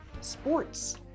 sports